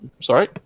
Sorry